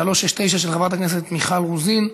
מס' 369, של חברת הכנסת מיכל רוזין,